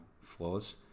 flaws